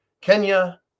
Kenya